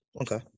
Okay